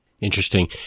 Interesting